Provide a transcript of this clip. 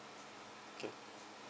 okay